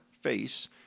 FACE